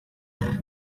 antes